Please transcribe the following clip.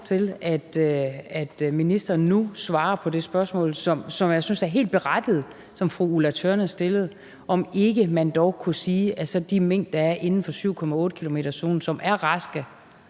til, at ministeren nu svarer på det spørgsmål, som jeg synes er helt berettiget, som fru Ulla Tørnæs stillede, altså om ikke man dog kunne sige, at de mink, der er inden for 7,8-kilometerszonen, og som er raske,